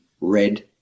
red